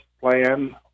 plan